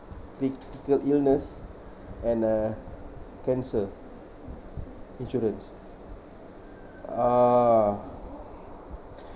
critical illness and uh cancer insurance ah